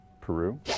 Peru